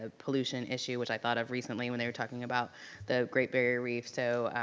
ah pollution issue which i thought of recently when they were talking about the great barrier reef. so,